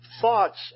thoughts